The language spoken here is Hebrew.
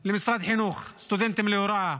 למשרד החינוך, סטודנטים להוראה.